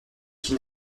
qui